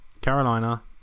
carolina